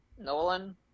Nolan